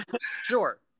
Sure